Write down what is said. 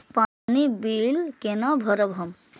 पानी बील केना भरब हम?